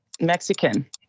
mexican